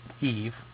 Eve